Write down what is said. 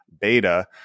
beta